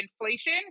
inflation